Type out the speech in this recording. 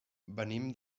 venim